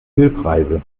ölpreise